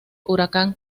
huracán